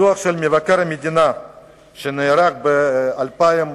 בדוח של מבקר המדינה שנערך ב-2004,